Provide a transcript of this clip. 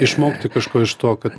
išmokti kažko iš to kad